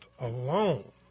alone